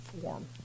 form